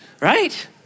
right